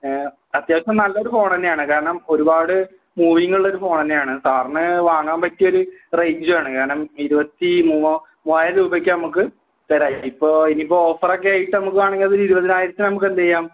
അത്യാവശ്യം നല്ലൊരു ഫോണ് തന്നെയാണ് കാരണം ഒരുപാട് മൂവിങ്ങുള്ളൊരു ഫോണ് തന്നെയാണ് സാറിന് വാങ്ങാൻ പറ്റിയൊരു റേഞ്ചുവാണ് കാരണം ഇരുപത്തിമൂ മൂവായിരം രൂപയ്ക്ക് നമുക്ക് തരാം ഇപ്പോൾ ഇനി ഇപ്പോൾ ഓഫറൊക്കെയായിട്ട് നോക്കുവാണെങ്കിൽ അതൊരു ഇരുപതിനായിരത്തിന് നമുക്ക് എന്തുചെയ്യാം